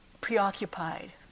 preoccupied